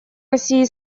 россии